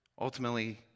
ultimately